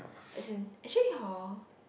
as in actually hor